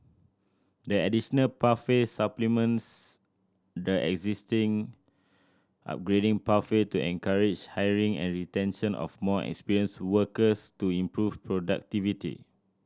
the additional pathway supplements the existing upgrading pathway to encourage hiring and retention of more experienced workers to improve productivity